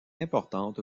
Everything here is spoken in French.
importante